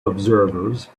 observers